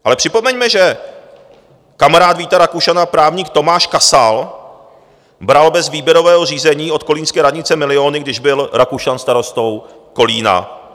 Ale připomeňme, že kamarád Víta Rakušana, právník Tomáš Kasal, bral bez výběrového řízení od kolínské radnice miliony, když byl Rakušan starostou Kolína.